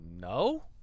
no